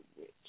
rich